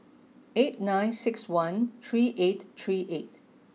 eight nine six one three eight three eight